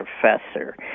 professor